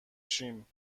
شیم